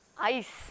ice